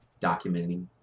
documenting